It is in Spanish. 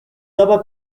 daba